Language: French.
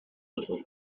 autre